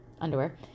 Underwear